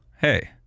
hey